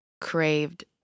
craved